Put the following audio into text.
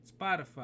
Spotify